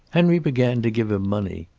henry began to give him money.